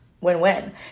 Win-win